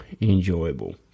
enjoyable